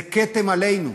זה כתם עלינו.